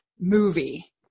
movie